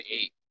eight